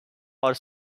our